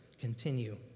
continue